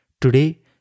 Today